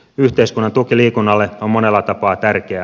yhteiskunnan tuki liikunnalle on monella tapaa tärkeää